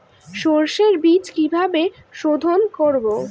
সর্ষে বিজ কিভাবে সোধোন করব?